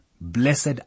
Blessed